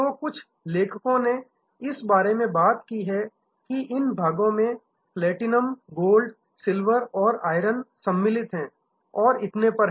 तो कुछ लेखकों ने इस बारे में बात की है कि इन भागों में प्लैटिनम गोल्ड सिल्वर आयरन सम्मिलित है और इतने पर हैं